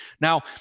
Now